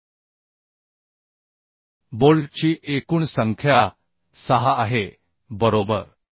तर कारण बोल्टची एकूण संख्या 6 आहे बरोबर